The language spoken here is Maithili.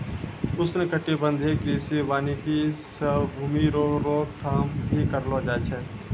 उष्णकटिबंधीय कृषि वानिकी से भूमी रो रोक थाम भी करलो जाय छै